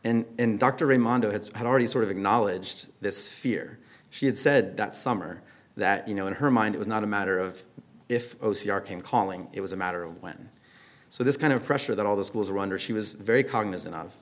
has had already sort of acknowledged this fear she had said that summer that you know in her mind it was not a matter of if o c r came calling it was a matter of when so this kind of pressure that all the schools are under she was very cognizant of